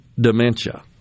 dementia